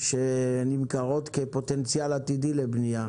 שנמכרות כפוטנציאל עתידי לבנייה.